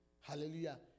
hallelujah